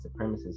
supremacists